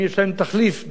בעידן הדיגיטלי.